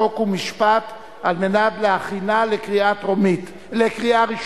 חוק ומשפט על מנת להכינה לקריאה ראשונה.